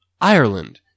Ireland